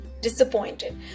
disappointed